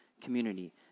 community